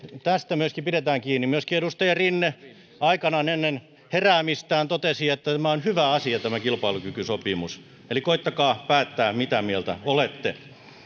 tästä myöskin pidetään kiinni myöskin edustaja rinne aikanaan ennen heräämistään totesi että tämä on hyvä asia tämä kilpailukykysopimus eli koettakaa päättää mitä mieltä olette